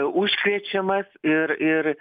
užkrečiamas ir ir